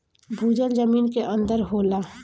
भूजल जमीन के अंदर होला